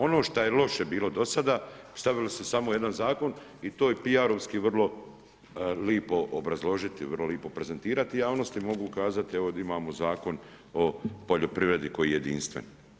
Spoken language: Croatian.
Ono šta je loše bilo do sada, stavili su samo u jedan zakon i to je PR-ovski vrlo lijepo obrazložiti, vrlo lijepo prezentirati a javnosti mogu kazati da imamo Zakon o poljoprivredi koji je jedinstven.